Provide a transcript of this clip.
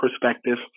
perspective